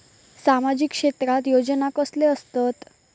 सामाजिक क्षेत्रात योजना कसले असतत?